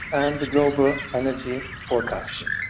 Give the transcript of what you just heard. and the global energy forecasting.